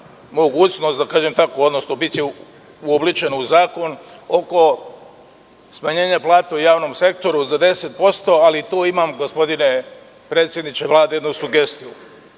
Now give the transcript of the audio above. mogućnost, odnosno biće uobličeno u zakonu oko smanjenja plata ja u javnom sektoru za 10%, ali tu imam, gospodine predsedniče Vlade, jednu sugestiju.